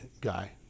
guy